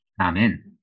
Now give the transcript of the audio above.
Amen